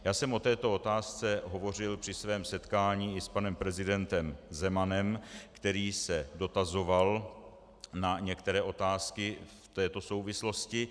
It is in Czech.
O této otázce jsem hovořil při svém setkání i s panem prezidentem Zemanem, který se dotazoval na některé otázky v této souvislosti.